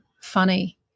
funny